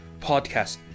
podcast